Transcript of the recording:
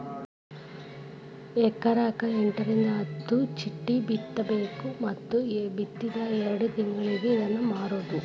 ಎಕರೆಕ ಎಂಟರಿಂದ ಹತ್ತ ಚಿಟ್ಟಿ ಬಿತ್ತಬೇಕ ಮತ್ತ ಬಿತ್ತಿದ ಎರ್ಡ್ ತಿಂಗಳಿಗೆ ಇದ್ನಾ ಮಾರುದು